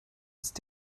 ist